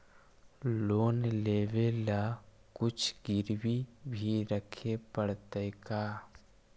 Loan लेबे ल कुछ गिरबी भी रखे पड़तै का?